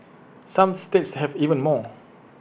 some states have even more